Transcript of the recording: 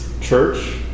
Church